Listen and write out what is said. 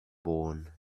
born